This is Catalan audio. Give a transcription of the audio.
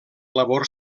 labor